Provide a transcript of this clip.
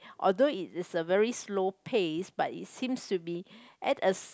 although it is a very slow pace but it seems to be at a